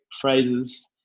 phrases